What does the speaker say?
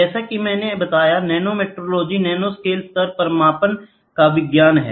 जैसा कि मैंने बताया नैनोमेट्रोलॉजी नैनोस्केल स्तरों पर मापन का विज्ञान है